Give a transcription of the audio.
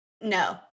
No